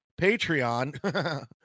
patreon